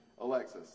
Alexis